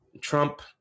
trump